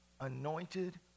anointed